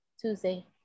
Tuesday